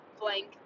blank